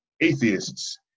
atheists